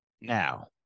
Now